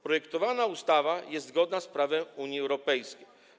Projektowana ustawa jest zgodna z prawem Unii Europejskiej.